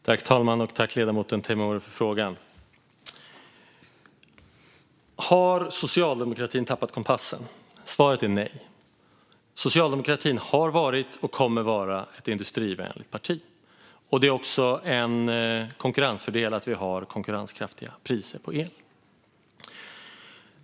Fru talman! Tack, ledamoten Teimouri, för frågan! Har socialdemokratin tappat kompassen? Svaret är nej. Socialdemokraterna har varit och kommer att vara ett industrivänligt parti. Det är också en konkurrensfördel att vi har konkurrenskraftiga priser på el.